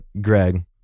Greg